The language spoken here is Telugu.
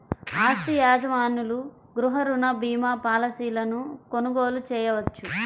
ఆస్తి యజమానులు గృహ రుణ భీమా పాలసీలను కొనుగోలు చేయవచ్చు